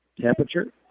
temperature